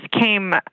came